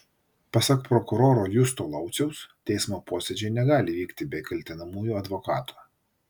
pasak prokuroro justo lauciaus teismo posėdžiai negali vykti be kaltinamųjų advokato